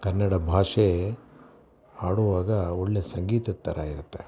ಕನ್ನಡ ಭಾಷೆ ಹಾಡುವಾಗ ಒಳ್ಳೆ ಸಂಗೀತದ ಥರ ಇರುತ್ತೆ